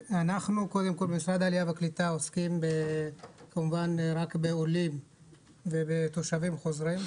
משרד העלייה והקליטה עוסקים רק בעולם ובתושבים חוזרים.